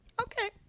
Okay